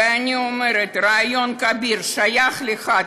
ואני אומרת: רעיון כביר, שייך לך.